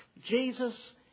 Jesus